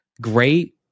Great